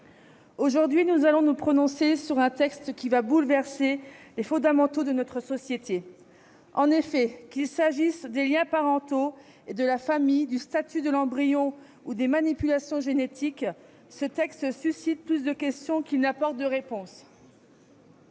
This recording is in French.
aujourd'hui, nous allons nous prononcer sur un texte qui va bouleverser les fondamentaux de notre société. En effet, qu'il s'agisse des liens parentaux et de la famille, du statut de l'embryon ou des manipulations génétiques, ce projet de loi suscite plus de questions qu'il n'apporte de réponses.